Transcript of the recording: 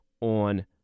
on